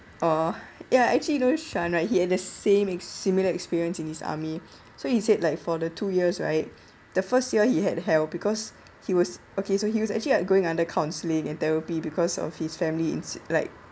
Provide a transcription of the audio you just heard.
orh ya actually you know shaun right he had the same ex~ similar experience in his army so he said like for the two years right the first year he had hell because he was okay so he was actually going under counselling and therapy because of his family inci~ like